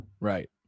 right